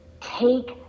take